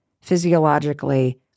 physiologically